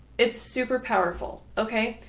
it's super powerful. ok.